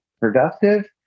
Productive